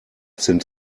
sind